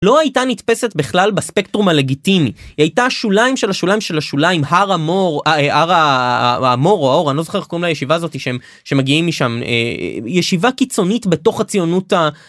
לא הייתה נתפסת בכלל בספקטרום הלגיטימי, הייתה השוליים של השוליים של השוליים, הר המור, הר המור או ההור, אני לא זוכר איך קוראים לישיבה הזאת שמגיעים משם, ישיבה קיצונית בתוך הציונות ה...